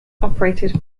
operated